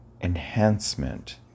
enhancement